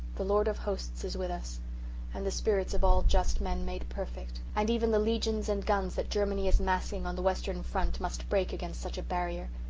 the lord of hosts is with us and the spirits of all just men made perfect and even the legions and guns that germany is massing on the western front must break against such a barrier.